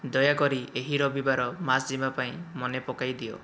ଦୟାକରି ଏହି ରବିବାର ମାସ୍ ଯିବାପାଇଁ ମନେପକାଇ ଦିଅ